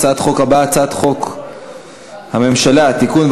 הצעת החוק הבאה: הצעת חוק הממשלה (תיקון,